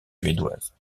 suédoises